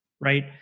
right